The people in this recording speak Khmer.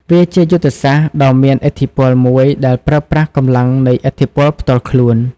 វាជាយុទ្ធសាស្ត្រដ៏មានឥទ្ធិពលមួយដែលប្រើប្រាស់កម្លាំងនៃឥទ្ធិពលផ្ទាល់ខ្លួន។